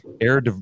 air